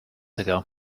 ago